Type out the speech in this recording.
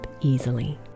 easily